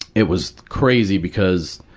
it was crazy because,